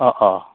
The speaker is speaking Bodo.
अ अ